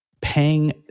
paying